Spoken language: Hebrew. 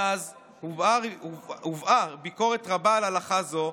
מאז הובעה ביקורת רבה על הלכה זו,